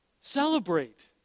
celebrate